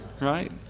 right